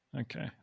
Okay